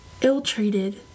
ill-treated